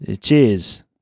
Cheers